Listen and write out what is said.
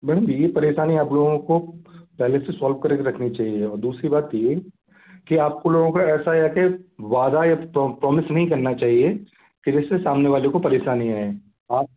ma'am ये परेशानी आप लोगों को पहले से सौल्भ करके रखनी चाहिए और दूसरी बात थी कि आपको लोगों को ऐसा आखिर वादा या प्रौमिस नहीं करना चाहिए कि जिससे सामने वाले को परेशानी आए आप